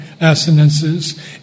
assonances